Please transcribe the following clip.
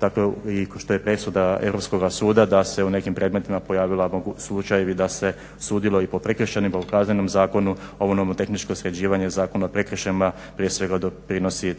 dakle što je presuda Europskoga suda da se u nekim predmetima pojavljuju slučajevi da se sudjeluje i po prekršajnom a u Kaznenom zakonu ovo nomotehničko sređivanje Zakona o prekršajima prije svega doprinosi